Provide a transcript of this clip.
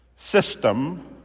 system